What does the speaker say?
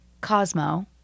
Cosmo